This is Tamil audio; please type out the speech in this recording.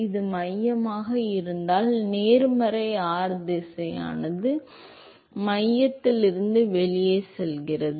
இது மையமாக இருந்தால் நேர்மறை r திசையானது மையத்திலிருந்து வெளியே செல்கிறது